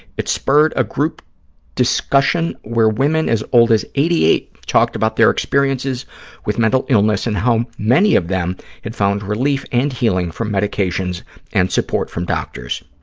it spurred a group discussion where women as old as eighty eight talked about their experiences with mental illness and how many of them had found relief and healing from medications and support from doctors.